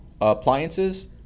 appliances